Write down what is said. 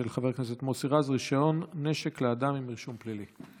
של חבר הכנסת מוסי רז: רישיון נשק לאדם עם רישום פלילי.